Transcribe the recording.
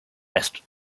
west